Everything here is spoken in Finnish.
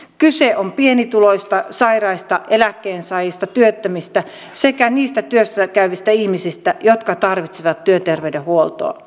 kyse on pienituloisista sairaista eläkkeensaajista työttömistä sekä niistä työssä käyvistä ihmisistä jotka tarvitsevat työterveydenhuoltoa